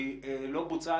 והיא לא בוצעה,